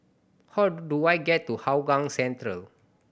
how do I get to Hougang Central